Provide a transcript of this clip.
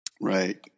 Right